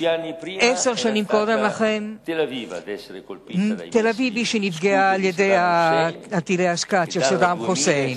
עשר שנים קודם לכן תל-אביב היא שנפגעה מטילי ה"סקאד" של סדאם חוסיין.